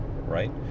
right